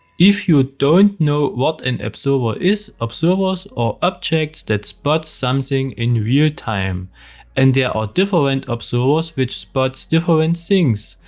if you don't know what an observer is. observers are objects that spots something in real-time. and there are different observers, which spots different things,